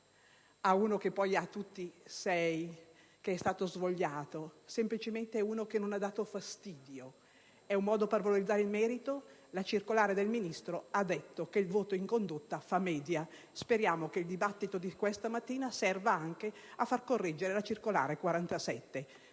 altre materie ha tutti sei, che è stato svogliato, ad un bambino che semplicemente non ha dato fastidio, sia un modo per valorizzare il merito. La circolare del Ministro ha ribadito che il voto in condotta fa media. Speriamo che il dibattito di questa mattina serva anche a far correggere la circolare n.